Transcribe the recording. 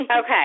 Okay